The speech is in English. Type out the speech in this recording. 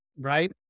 right